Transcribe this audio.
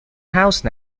house